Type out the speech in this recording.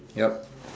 yup